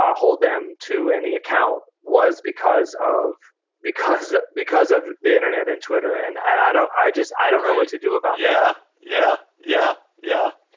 ah hold them to any account was because of because ah because of the internet and twitter and and adatto. i just i don't know what to do about yeah, yeah, yeah, yeah,